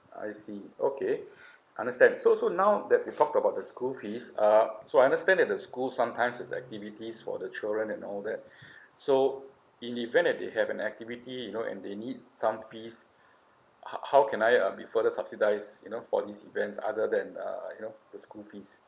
I see okay understand so so now that we talk about the school fees uh so I understand that the school sometimes there's activities for the children and all that so in the event that they have an activity you know and they need some fees how how can I uh be further subsidize you know for this event other than uh you know the school fees